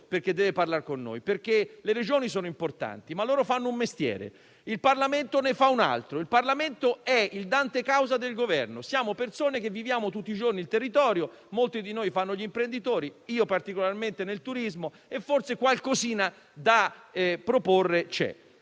costretto a parlare con noi. Le Regioni sono importanti, ma loro fanno un mestiere, mentre il Parlamento ne fa un altro. Il Parlamento è il dante causa del Governo. Siamo persone che vivono tutti i giorni il territorio, molti di noi sono imprenditori - io particolarmente nel turismo - e forse potremmo proporre